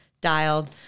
dialed